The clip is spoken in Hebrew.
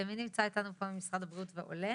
מי נמצא איתנו פה ממשרד הבריאות ועולה?